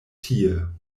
tie